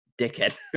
dickhead